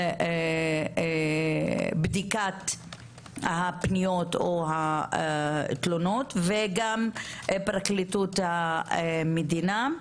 בדיקת הפניות או התלונות, וגם פרקליטות המדינה.